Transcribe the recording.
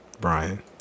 Brian